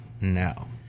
now